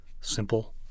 simple